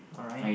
alright